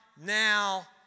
now